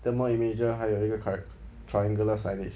thermal imager 还有一个 correct triangular signage